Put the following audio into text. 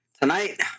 Tonight